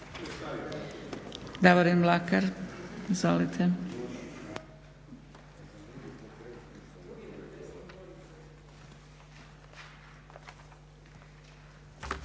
Davorin Mlakar, izvolite.